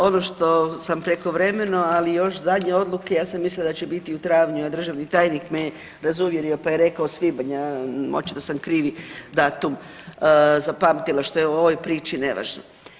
Dakle, ono što sam prekovremeno, ali još zadnje odluke, ja sam mislila da će biti u travnju, a državni tajnik me je razuvjerio, pa je rekao svibanj, očito da sam krivi datum zapamtila, što je u ovoj priči nevažno.